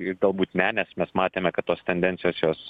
ir galbūt ne nes mes matėme kad tos tendencijos jos